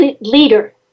leader